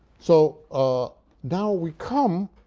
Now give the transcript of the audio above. so ah now we come